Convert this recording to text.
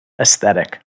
aesthetic